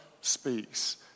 speaks